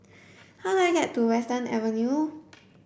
how do I get to Western Avenue